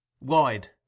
wide